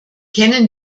kennen